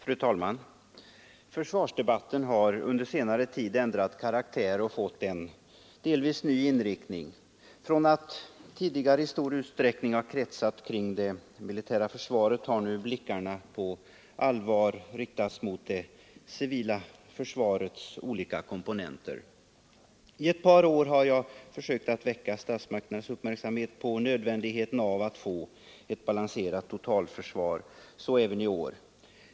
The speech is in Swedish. Fru talman! Försvarsdebatten har under senare tid ändrat karaktär och fått en delvis ny inriktning. Från att tidigare i stor utsträckning ha kretsat kring det militära försvaret har blickarna nu på allvar börjat riktas mot det civila försvarets olika komponenter. Jag har under ett par år försökt fästa statsmakternas uppmärksamhet på nödvändigheten av att få ett balanserat totalförsvar. Så även i år.